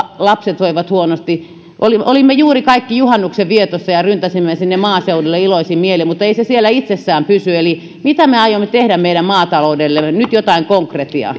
lapset voivat huonosti olimme olimme juuri kaikki juhannuksen vietossa ja ryntäsimme sinne maaseudulle iloisin mielin mutta ei se siellä itsestään pysy eli mitä me aiomme tehdä meidän maataloudellemme nyt jotain konkretiaa